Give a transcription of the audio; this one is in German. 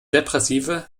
depressive